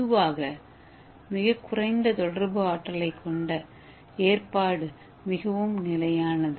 பொதுவாக மிகக் குறைந்த தொடர்பு ஆற்றலைக் கொண்ட ஏற்பாடு மிகவும் நிலையானது